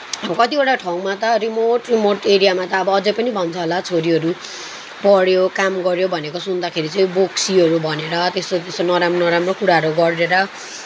अब कतिवटा ठाउँमा त रिमोट रिमोट एरियामा त अब अझै पनि भन्छ होला छोरीहरू पढ्यो काम गऱ्यो भनेको सुन्दाखेरि चाहिँ बोक्सीहरू भनेर त्यस्तो त्यस्तो नराम्रो नराम्रो कुराहरू गरेर